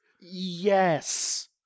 Yes